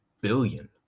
billion